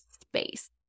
space